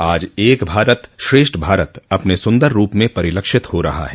आज एक भारत श्रेष्ठ भारत अपने सुन्दर रूप में परिलक्षित हो रहा है